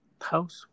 house